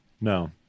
no